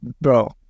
Bro